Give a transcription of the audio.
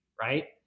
Right